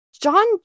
John